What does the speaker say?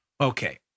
Okay